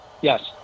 yes